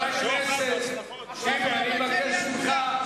שב במקומך.